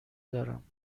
دارم